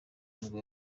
nibwo